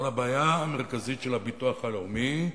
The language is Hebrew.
אבל הבעיה המרכזית של הביטוח הלאומי,